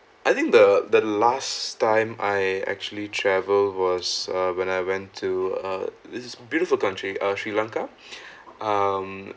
I think the the last time I actually travel was uh when I went to uh this beautiful country uh sri lanka um